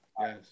Yes